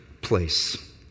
place